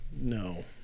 No